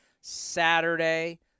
Saturday